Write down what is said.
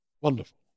wonderful